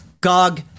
Gog